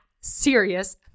serious